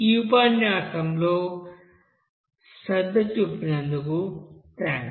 ఈ ఉపన్యాసంలో శ్రద్ధ చూపినందుకు థాంక్స్